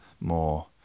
more